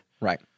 right